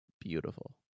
beautiful